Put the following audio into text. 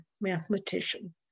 mathematician